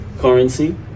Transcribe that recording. currency